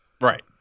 Right